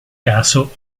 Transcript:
caso